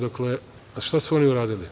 Dakle, šta su oni uradili?